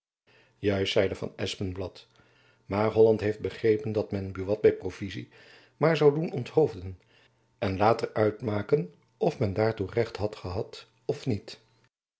juist zeide van espenblad maar holland heeft begrepen dat men buat by provizie maar zoû doen onthoofden en later uitmaken of men daartoe recht had gehad of niet